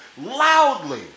loudly